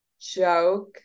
joke